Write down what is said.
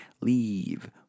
Leave